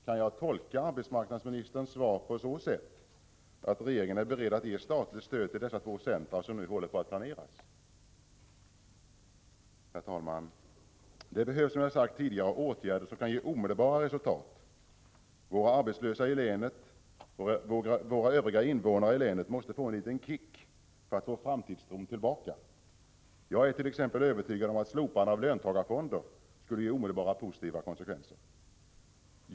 Kan jag tolka arbetsmarknadsministerns svar på så sätt att regeringen är beredd att ge statligt stöd till dessa två centra, som nu håller på att planeras? Herr talman! Det behövs som jag sagt tidigare åtgärder som kan ge omedelbara resultat. Våra arbetslösa i länet, och våra övriga invånare i länet, måste få en liten kick för att få framtidstron tillbaka. Jag är t.ex. övertygad om att ett slopande av löntagarfonderna skulle ge omedelbara positiva konsekvenser.